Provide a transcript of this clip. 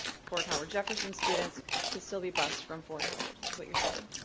fort howard? jefferson students could still be bused from fort howard, is what you're saying?